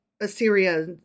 Assyria